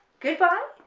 goodbye